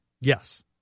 Yes